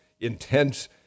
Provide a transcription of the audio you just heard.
intense